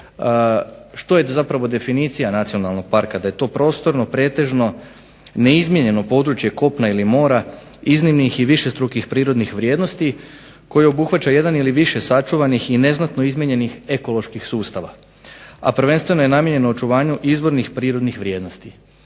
što je zapravo definicija nacionalnog parka? Da je to prostorno, pretežno neizmijenjeno područje kopna ili mora iznimnih i višestrukih prirodnih vrijednosti koji obuhvaća jedan ili više sačuvanih i neznatno izmijenjenih ekoloških sustava. A prvenstveno je namijenjeno očuvanju izvornih prirodnih vrijednosti.